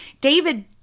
David